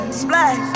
splash